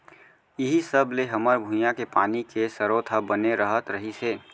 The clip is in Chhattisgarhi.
इहीं सब ले हमर भुंइया के पानी के सरोत ह बने रहत रहिस हे